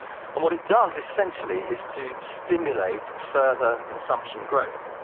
and what it does essentially is to stimulate further consumption growth.